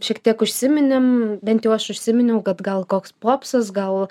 šiek tiek užsiminėm bent jau aš užsiminiau kad gal koks popsas gal